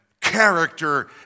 character